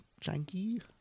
Janky